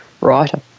writer